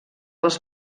als